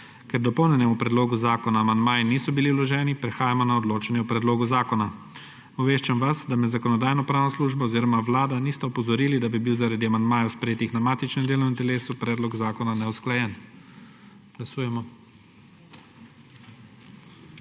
Ker k dopolnjenemu predlogu zakona amandmaji niso bili vloženi, prehajamo na odločanje o predlogu zakona. Obveščam vas, da me Zakonodajno-pravna služba oziroma Vlada nista opozorili, da bi bil zaradi amandmajev, sprejetih na matičnem delovnem telesu, predlog zakona neusklajen. Glasujemo.